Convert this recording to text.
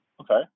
okay